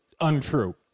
untrue